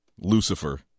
lucifer